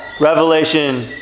Revelation